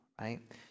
right